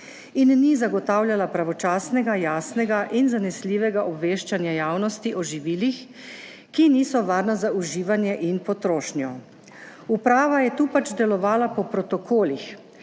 in ni zagotavljala pravočasnega, jasnega in zanesljivega obveščanja javnosti o živilih, ki niso varna za uživanje in potrošnjo. Uprava je tu pač delovala po protokolih